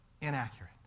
inaccurate